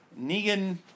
Negan